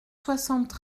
soixante